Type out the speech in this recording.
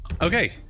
Okay